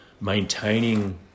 maintaining